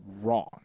wrong